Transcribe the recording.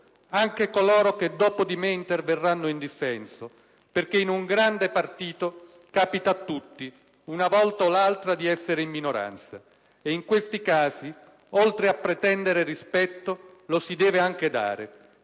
Anche coloro che dopo di me interverranno in dissenso, perché in un grande partito capita a tutti, una volta o l'altra di essere in minoranza. In questi casi, oltre a pretendere rispetto, lo si deve anche dare: